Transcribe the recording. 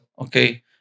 okay